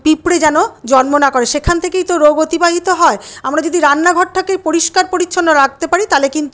পিঁপড়ে যেন জন্ম না করে সেখান থেকেই তো রোগ অতিবাহিত হয় আমরা যদি রান্নাঘরটাকেই পরিষ্কার পরিচ্ছন্ন রাখতে পারি তাহলে কিন্তু